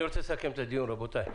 אני רוצה לסכם את הדיון, רבותיי.